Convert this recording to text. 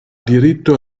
diritto